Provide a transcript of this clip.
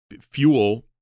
fuel